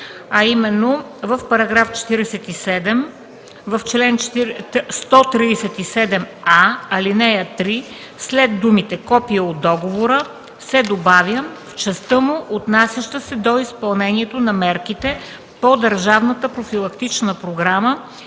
а именно: в § 47, в чл. 137а, ал. 3 след думите „копие от договора” се добавя: „в частта му, отнасяща се до изпълнението на мерките по държавната профилактична програма